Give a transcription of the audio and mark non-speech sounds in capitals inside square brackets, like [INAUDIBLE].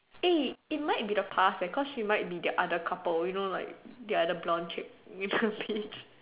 eh it might be the past leh cause she might be the other couple you know like the other blond chick [LAUGHS] in the beach